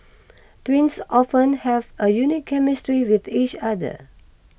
twins often have a unique chemistry with each other